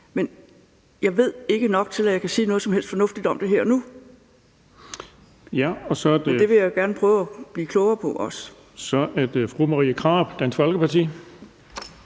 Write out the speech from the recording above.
Men jeg ved ikke nok til, at jeg kan sige noget som helst fornuftigt om det her og nu. Men jeg vil jo også gerne prøve at blive klogere på det. Kl. 13:33 Den fg.